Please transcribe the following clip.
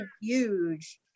huge